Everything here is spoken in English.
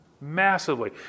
massively